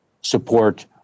support